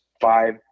five